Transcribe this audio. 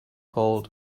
called